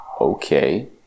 okay